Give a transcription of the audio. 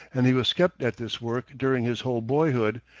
and he was kept at this work during his whole boyhood,